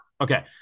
Okay